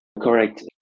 Correct